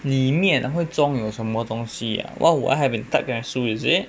里面的会装有什么东西啊 what would I have in a time capsule is it